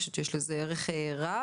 אני חושבת שיש לזה ערך רב.